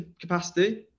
capacity